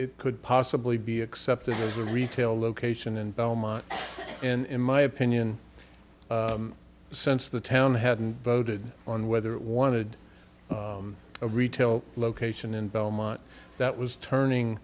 it could possibly be accepted as a retail location in belmont in my opinion since the town hadn't voted on whether it wanted a retail location in belmont that was turning